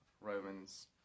Romans